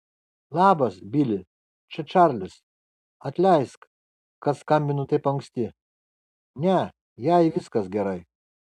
labas bili čia čarlis atleisk kad skambinu taip anksti ne jai viskas gerai